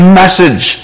message